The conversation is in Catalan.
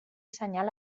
senyal